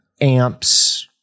amps